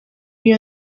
iyo